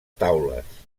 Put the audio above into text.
taules